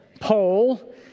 poll